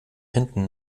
hinten